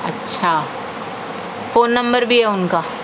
اچھا phone number بھی ہے ان کا